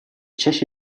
чаще